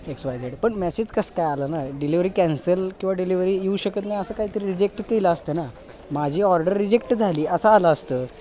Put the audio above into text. x Y Z पण message कसं काय आलं ना डिलिवरी कॅन्सल किंवा डिलीवरी येऊ शकत नाही असं कायतरी रिजेक्ट केलं असतं ना माझी ऑर्डर रिजेक्ट झाली असं आलं असतं